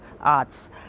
arts